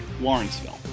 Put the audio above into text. Lawrenceville